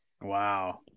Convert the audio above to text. wow